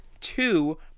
two